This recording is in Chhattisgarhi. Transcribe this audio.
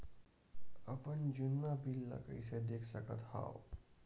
अपन जुन्ना बिल ला कइसे देख सकत हाव?